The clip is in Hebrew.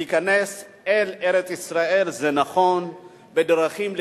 ייכנס אל ארץ-ישראל, זה נכון, בדרכים לגיטימיות,